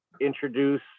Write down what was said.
introduce